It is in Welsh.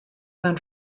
mewn